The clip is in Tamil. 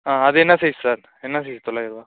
ஆ அது என்ன சைஸ் சார் என்ன சைஸ் தொள்ளாயிருவா